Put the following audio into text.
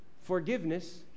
forgiveness